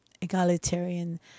egalitarian